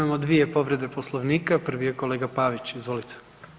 Imamo dvije povrede Poslovnika, prvi je kolega Pavić, izvolite.